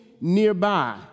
nearby